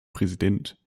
präsident